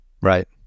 Right